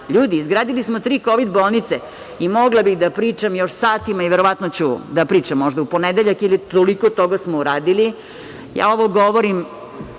Ljudi, izgradili smo tri kovid bolnice.I mogla bih da pričam još satima i verovatno ću da pričam možda u ponedeljak, jer toliko toga smo uradili. Ovo govorim